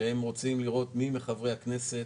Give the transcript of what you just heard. והם רוצים לראות מי מחברי הכנסת